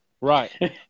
Right